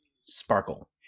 sparkle